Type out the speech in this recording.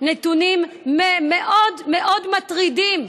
נתונים מאוד מאוד מטרידים.